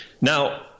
Now